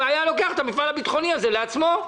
והוא היה לוקח את המפעל הביטחוני הזה לעצמו,